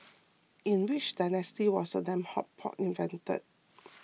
in which dynasty was the lamb hot pot invented